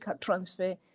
transfer